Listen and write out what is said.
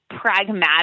pragmatic